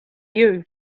you